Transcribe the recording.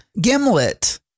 gimlet